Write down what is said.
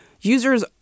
users